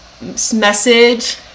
message